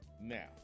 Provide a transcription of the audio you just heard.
Now